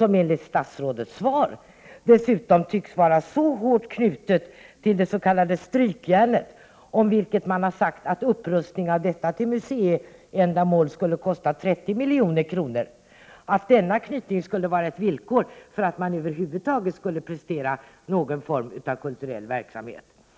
Enligt statsrådets svar tycks Arbetets museum dessutom vara så hårt knutet till det s.k. Strykjärnet, om vilket man har sagt att en upprustning av det till museum skulle kosta 30 milj.kr.,att denna knytning skulle vara ett villkor för att museet över huvud taget skulle kunna prestera någon form av kulturell verksamhet.